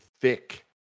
thick